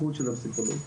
הפסיכולוגים.